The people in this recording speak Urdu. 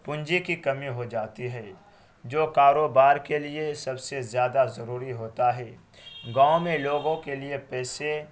پونجی کی کمی ہو جاتی ہے جو کاروبار کے لیے سب سے زیادہ ضروری ہوتا ہے گاؤں میں لوگوں کے لیے پیسے